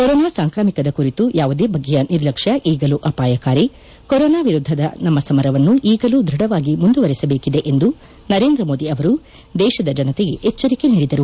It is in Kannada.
ಕೊರೊನಾ ಸಾಂಕ್ರಾಮಿಕದ ಕುರಿತು ಯಾವುದೇ ಬಗೆಯ ನಿರ್ಲಕ್ಷ್ನ ಈಗಲೂ ಅಪಾಯಕಾರಿ ಕೊರೊನಾ ವಿರುದ್ದದ ನಮ್ಮ ಸಮರವನ್ನು ಈಗಲೂ ದ್ವಢವಾಗಿ ಮುಂದುವರೆಸಬೇಕಿದೆ ಎಂದು ನರೇಂದ್ರ ಮೋದಿ ಅವರು ದೇಶದ ಜನತೆಗೆ ಎಚ್ಚರಿಕೆ ನೀಡಿದರು